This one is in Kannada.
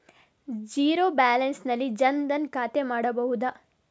ಝೀರೋ ಬ್ಯಾಲೆನ್ಸ್ ನಲ್ಲಿ ಜನ್ ಧನ್ ಖಾತೆ ಮಾಡಬಹುದೇ?